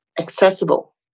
accessible